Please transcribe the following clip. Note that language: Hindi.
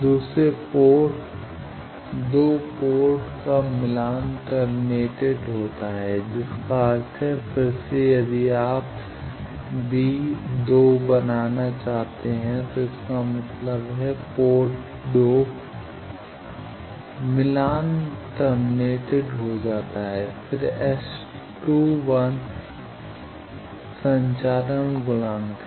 दूसरे पोर्ट 2 पोर्ट का मिलान टर्मिनेटेड होता है जिसका अर्थ है फिर से यदि आप बनाते हैं तो इस का मतलब पोर्ट 2 मिलान टर्मिनेटेड हो जाता है फिर S21 संचारण गुणांक है